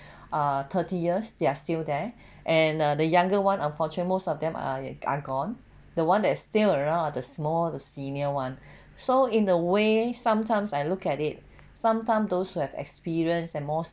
ah thirty years there are still there and uh the younger one unfortunately most of them are are gone the one that is still around are the more the senior one so in a way sometimes I look at it sometime those who have experienced and more